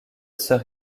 sœur